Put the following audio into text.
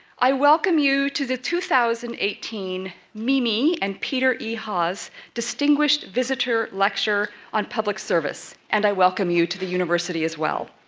i welcome you to the two thousand and eighteen mimi and peter e. haas distinguished visitor lecture on public service. and i welcome you to the university, as well.